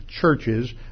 churches